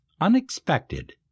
unexpected